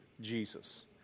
Jesus